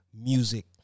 music